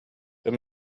wenn